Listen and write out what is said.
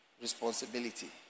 responsibility